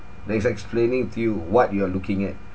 like it's explaining to you what you are looking at